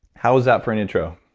how was that for an intro?